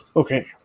Okay